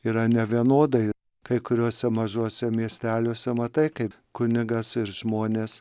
yra nevienodai kai kuriuose mažuose miesteliuose matai kaip kunigas ir žmonės